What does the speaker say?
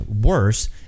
worse